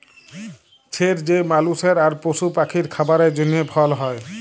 ছের যে মালুসের আর পশু পাখির খাবারের জ্যনহে ফল হ্যয়